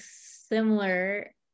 similar